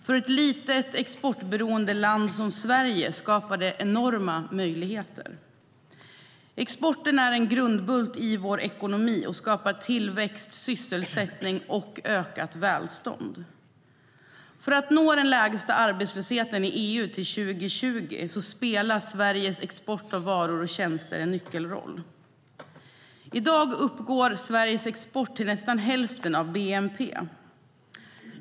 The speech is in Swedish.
För ett litet exportberoende land som Sverige skapar det enorma möjligheter. Exporten är en grundbult i vår ekonomi och skapar tillväxt, sysselsättning och ökat välstånd. För att nå den lägsta arbetslösheten i EU till år 2020 spelar Sveriges export av varor och tjänster en nyckelroll.I dag uppgår Sveriges export till nästan hälften av bnp.